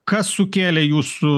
kas sukėlė jūsų